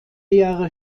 jahre